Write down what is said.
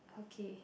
okay